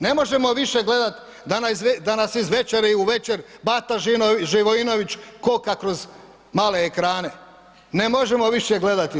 Ne možemo više gledat da nas iz večeri u večer Bata Živojinović koka kroz male ekrane, ne možemo više gledati to.